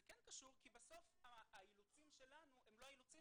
זה קשור כי האילוצים שלנו הם לא האילוצים